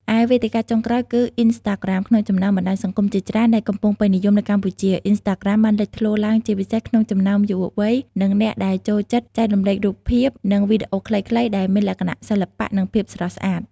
ឯវេទិកា ចុងក្រោយគឺ អ៊ីនស្តាក្រាម ក្នុងចំណោមបណ្ដាញសង្គមជាច្រើនដែលកំពុងពេញនិយមនៅកម្ពុជា អុីនស្តាក្រាម បានលេចធ្លោឡើងជាពិសេសក្នុងចំណោមយុវវ័យ និងអ្នកដែលចូលចិត្តចែករំលែករូបភាព និងវីដេអូខ្លីៗដែលមានលក្ខណៈសិល្បៈ និងភាពស្រស់ស្អាត។